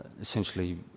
essentially